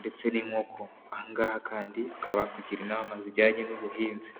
ndetse n'inkoko. Aha ngaha kandi bakaba bakugira inama zijyanye n'ubuhinzi.